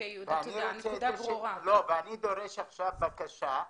אני דורש בקשה,